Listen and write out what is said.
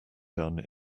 done